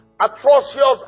atrocious